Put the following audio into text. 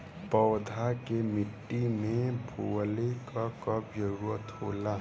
पौधा के मिट्टी में बोवले क कब जरूरत होला